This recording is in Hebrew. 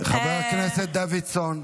חבר הכנסת דוידסון,